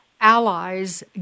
allies